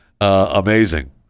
Amazing